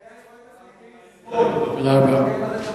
אני עדיין רואה את עצמי כאיש שמאל, ואני מבקש